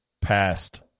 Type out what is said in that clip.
past